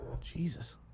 Jesus